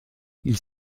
ils